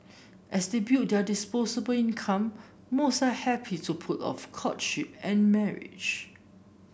as they build their disposable income most are happy to put off courtship and marriage